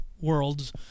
worlds